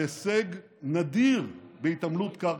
על הישג נדיר בהתעמלות קרקע,